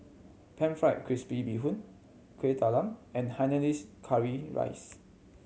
Pan Fried Crispy Bee Hoon Kueh Talam and Hainanese curry rice